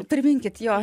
priminkit jo